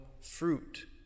fruit